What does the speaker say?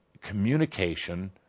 communication